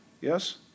yes